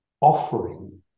offering